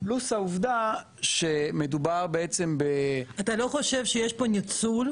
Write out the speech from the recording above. פלוס העובדה שמדובר ב --- אתה לא חושב שיש פה ניצול,